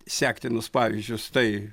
sektinus pavyzdžius tai